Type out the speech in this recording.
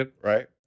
right